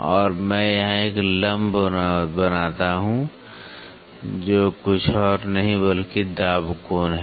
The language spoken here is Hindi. और मैं यहाँ एक लंब बनाता हूँ जो और कुछ नहीं बल्कि दाब कोण है